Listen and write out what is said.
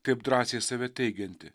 taip drąsiai save teigianti